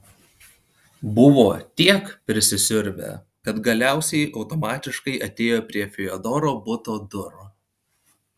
buvo tiek prisisiurbę kad galiausiai automatiškai atėjo prie fiodoro buto durų